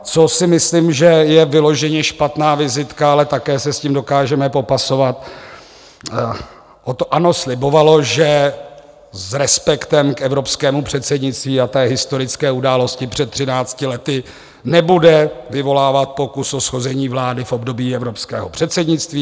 Co si myslím, že je vyloženě špatná vizitka, ale také se s tím dokážeme popasovat, že ANO slibovalo, že s respektem k evropskému předsednictví a té historické události před třinácti lety nebude vyvolávat pokus o shození vlády v období evropského předsednictví.